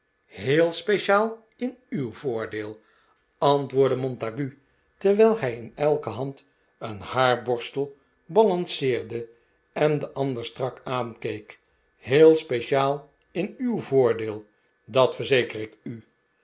heel speciaal in uw voordeel antwoordde montague terwijl hij in elke hand een haarborstel balanceerde en den ander strak aankeek heel speciaal in uw voordeel dat verzeker ik u